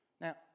Now